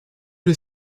les